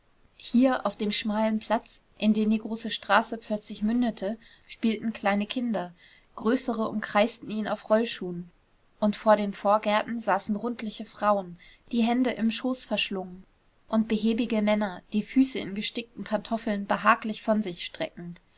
hier auf dem schmalen platz in den die große straße plötzlich mündete spielten kleine kinder größere umkreisten ihn auf rollschuhen und vor den vorgärten saßen rundliche frauen die hände im schoß verschlungen und behäbige männer die füße in gestickten pantoffeln behaglich von sich streckend